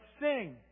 sing